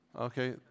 Okay